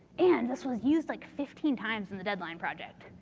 and this was used like fifteen times in the deadline project.